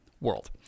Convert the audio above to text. world